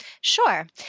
Sure